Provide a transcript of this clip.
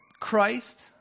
Christ